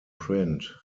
print